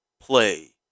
play